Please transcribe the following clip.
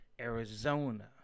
Arizona